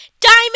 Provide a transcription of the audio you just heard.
diamond